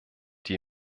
die